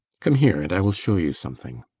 come here, and i will show you something.